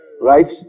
Right